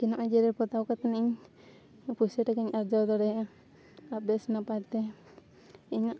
ᱛᱤᱱᱟᱹᱜ ᱤᱧ ᱡᱮᱨᱮᱲ ᱯᱚᱛᱟᱣ ᱠᱟᱛᱮ ᱤᱧ ᱯᱚᱭᱥᱟᱹ ᱴᱟᱠᱟᱧ ᱟᱨᱡᱟᱣ ᱫᱟᱲᱮᱭᱟᱜᱼᱟ ᱟᱨ ᱵᱮᱥ ᱱᱟᱯᱟᱭ ᱛᱮ ᱤᱧᱟᱹᱜ